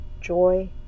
joy